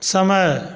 समय